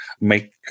make